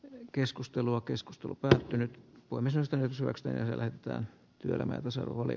keskustelua keskustelu pälkäne huomisesta surusta ja lähettää työelämän tasa oli